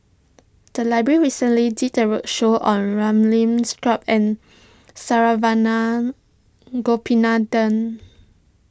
the library recently did a roadshow on Ramli Sarip and Saravanan Gopinathan